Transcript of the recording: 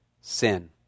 Sin